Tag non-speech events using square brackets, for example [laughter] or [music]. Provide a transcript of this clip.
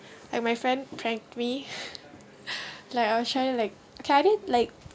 I my friend plan we [laughs] [breath] like I'll shy like okay I think like